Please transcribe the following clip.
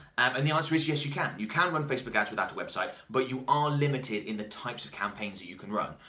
and the answer is yes you can, you can run facebook ads without a website, but you are limited in the types of campaigns that you can run.